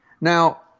Now